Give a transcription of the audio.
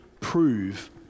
prove